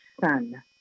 son